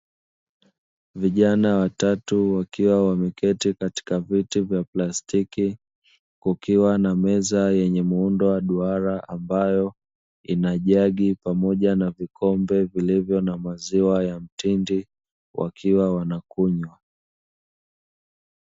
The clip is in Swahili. Vijana watatu wakiwa wameketi katika viti vya plastiki kukiwa na meza yenye muundo wa duara ambayo ina jagi pamoja na vikombe vilivyo na maziwa ya mtindi, wakiwa wanakunywa.